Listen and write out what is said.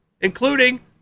including